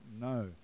No